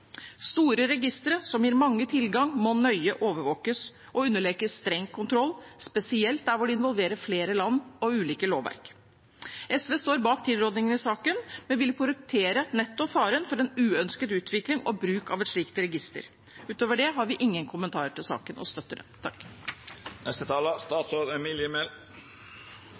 Store registre som gir mange tilgang, må nøye overvåkes og underlegges streng kontroll, spesielt der hvor det involverer flere land og ulike lovverk. SV står bak tilrådningen i saken, men vil korrumpere nettopp faren for en uønsket utvikling og bruk av et slikt register. Utover det har vi ingen kommentar til saken og støtter den.